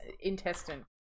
intestine